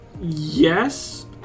Yes